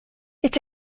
its